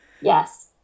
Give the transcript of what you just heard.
Yes